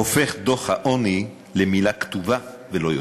הופך הדוח למלחמה בעוני למילה כתובה ולא יותר.